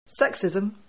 sexism